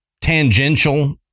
tangential